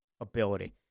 ability